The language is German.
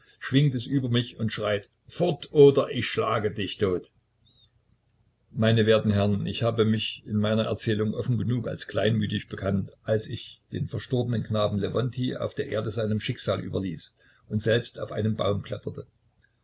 schwingt es über mich und schreit fort oder ich schlage dich tot meine werten herren ich habe mich in meiner erzählung offen genug als kleinmütig bekannt als ich den verstorbenen knaben lewontij auf der erde seinem schicksal überließ und selbst auf einen baum kletterte